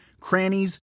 crannies